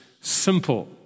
simple